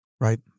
Right